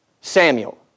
Samuel